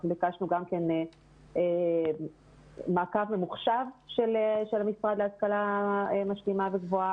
ביקשנו מעקב ממוחשב של המשרד להשכלה משלימה וגבוהה